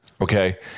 Okay